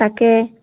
তাকে